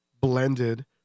blended